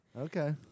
Okay